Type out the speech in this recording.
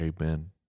Amen